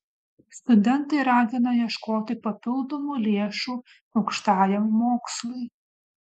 studentai ragina ieškoti papildomų lėšų aukštajam mokslui